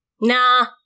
Nah